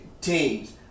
teams